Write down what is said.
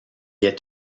est